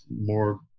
more